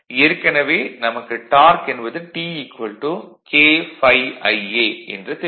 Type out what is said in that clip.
ஏற்கனவே நமக்கு டார்க் என்பது T K ∅ Ia என்று தெரியும்